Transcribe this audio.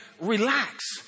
relax